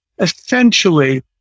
essentially